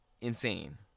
insane